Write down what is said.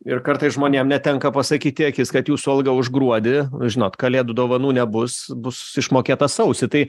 ir kartais žmonėm netenka pasakyti į akis kad jūsų alga už gruodį žinot kalėdų dovanų nebus bus išmokėta sausį tai